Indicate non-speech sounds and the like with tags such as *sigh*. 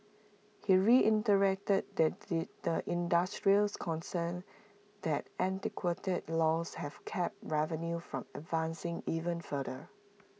he reiterated *unintelligible* the industry's concerns that antiquated laws have capped revenue from advancing even further